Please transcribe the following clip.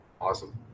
Awesome